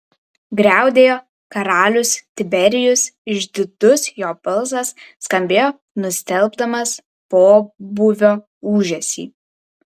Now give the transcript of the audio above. griaudėjo karalius tiberijus išdidus jo balsas skambėjo nustelbdamas pobūvio ūžesį